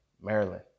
Maryland